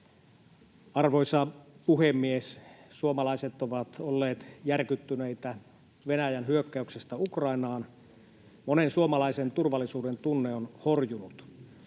Arvoisa puhemies! Suomalaiset ovat olleet järkyttyneitä Venäjän hyökkäyksestä Ukrainaan. Monen suomalaisen turvallisuudentunne on horjunut.